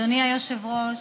אדוני היושב-ראש,